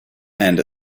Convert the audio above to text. and